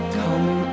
come